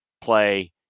play